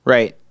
Right